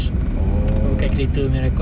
oh